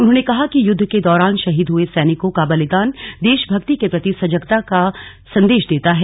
उन्होंने कहा कि युद्ध र्क दौरान शहीद हए सैनिकों का बलिदान देश भक्ति के प्रति संजगता का संदेश देता है